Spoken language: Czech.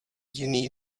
jiný